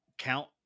count